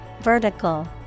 Vertical